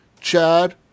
Chad